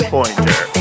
Pointer